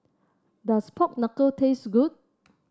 does Pork Knuckle taste good